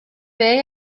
bey